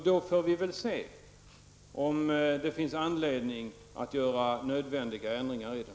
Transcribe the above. Då får vi väl se om det finns anledning att göra nödvändiga ändringar i den.